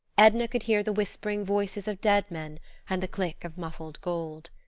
edna could hear the whispering voices of dead men and the click of muffled gold.